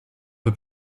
peu